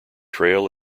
trail